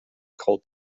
called